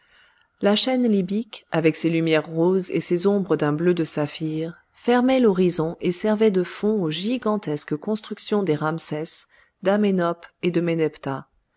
la chaîne libyque avec ses lumières roses et ses ombres d'un bleu de saphir fermait l'horizon et servait de fond aux gigantesques constructions des rhamsès d'amenoph et de menephta